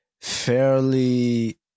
fairly